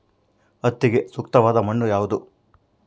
ಹತ್ತಿಗೆ ಸೂಕ್ತವಾದ ಮಣ್ಣು ಯಾವುದು?